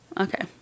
Okay